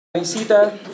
Visita